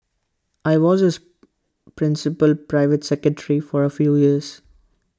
I was his principal private secretary for A few years